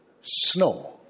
Snow